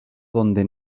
donde